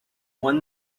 one